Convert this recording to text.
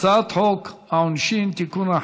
הצעת חוק העונשין (תיקון,